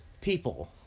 people